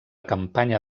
campanya